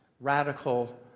Radical